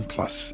Plus